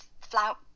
flout